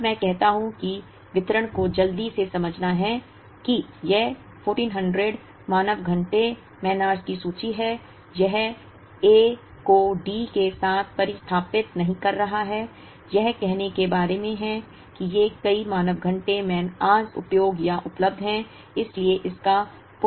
जब मैं कहता हूं कि वितरण को जल्दी से समझना है कि यह 1400 मानव घंटे की सूची है यह A को D के साथ प्रतिस्थापित नहीं कर रहा है यह कहने के बारे में है कि ये कई मानव घंटे उपयोग या उपलब्ध हैं इसलिए इसका पुनर्वितरण किया जा सकता है